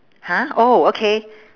!huh! oh okay